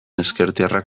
ezkertiarrak